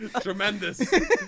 Tremendous